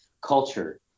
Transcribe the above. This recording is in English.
culture